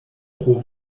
pro